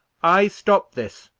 i stop this,